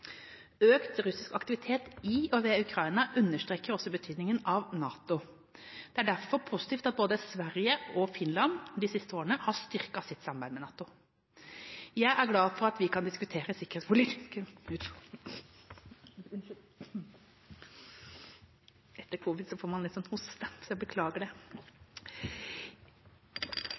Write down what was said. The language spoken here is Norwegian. Økt russisk aktivitet i og ved Ukraina understreker også betydningen av NATO. Det er derfor positivt at både Sverige og Finland de siste årene har styrket sitt samarbeid med NATO. Jeg er glad for at vi kan diskutere sikkerhetspolitiske utfordringer i nordisk krets på en åpen og tillitsfull måte, på tvers av organisasjonstilhørighet og allianser. Det